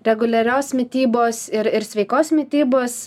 reguliarios mitybos ir ir sveikos mitybos